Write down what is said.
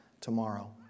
tomorrow